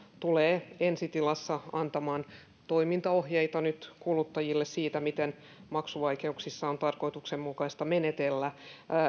tulee nyt ensi tilassa antamaan toimintaohjeita kuluttajille siitä miten maksuvaikeuksissa on tarkoituksenmukaista menetellä